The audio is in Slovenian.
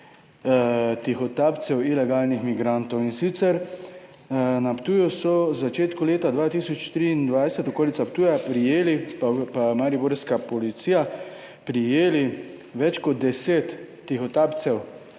tihotapcev ilegalnih migrantov in sicer, na Ptuju so v začetku leta 2023, okolica Ptuja, prijeli, pa mariborska policija, prijeli več kot 10 tihotapcev